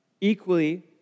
Equally